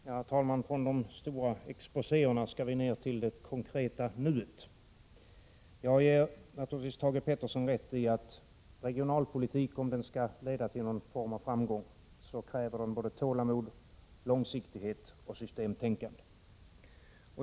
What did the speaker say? Herr talman! Från de stora exposéerna skall vi ner till det konkreta nuet. Jag ger naturligtvis Thage G. Peterson rätt i att regionalpolitik, om den skall leda till någon form av framgång, kräver både tålamod, långsiktighet och systemtänkande.